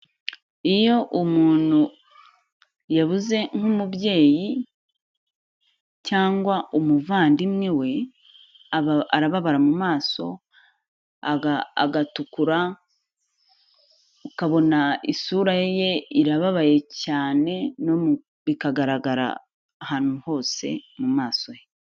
Iyo umuntu yabuze nk'umubyeyi cyangwa umuvandimwe we arababara mu maso agatukura ukabona isura ye irababaye cyane bikagaragara ahantu hose mu maso he.